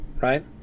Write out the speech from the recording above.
right